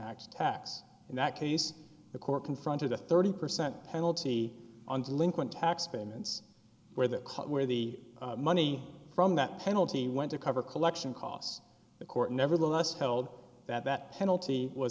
act tax in that case the court confronted a thirty percent penalty on delinquent tax payments where that cut where the money from that penalty went to cover collection costs the court nevertheless held that that penalty